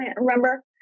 remember